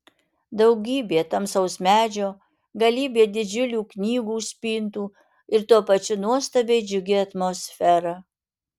daugybė tamsaus medžio galybė didžiulių knygų spintų ir tuo pačiu nuostabiai džiugi atmosfera